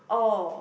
oh